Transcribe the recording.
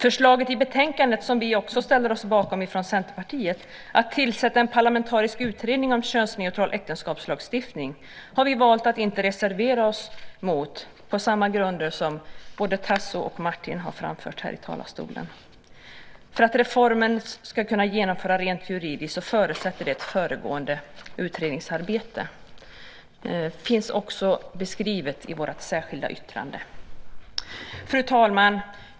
Förslaget i betänkandet, som vi också ställer oss bakom från Centerpartiet, att tillsätta en parlamentarisk utredning om könsneutral äktenskapslagstiftning, har vi valt att inte reservera oss mot, på samma grunder som både Tasso och Martin har framfört här i talarstolen. För att reformen ska kunna genomföras rent juridiskt förutsätts ett föregående utredningsarbete. Detta finns också beskrivet i vårt särskilda yttrande. Fru talman!